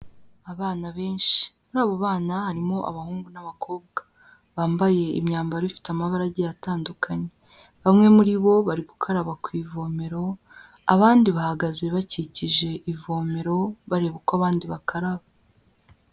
Abana benshi, muri abo bana harimo abahungu n'abakobwa, bambaye imyambaro ifite amabara agiye atandukanye, bamwe muri bo bari gukaraba ku ivomero, abandi bahagaze bakikije ivomero, bareba uko abandi bakaraba.